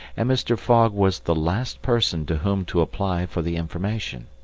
and mr. fogg was the last person to whom to apply for the information.